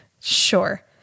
Sure